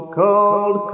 cold